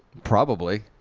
probably.